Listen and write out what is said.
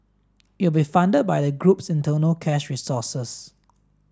it will be funded by the group's internal cash resources